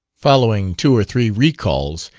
following two or three recalls,